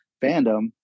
fandom